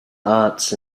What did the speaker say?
arts